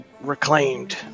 reclaimed